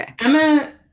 Emma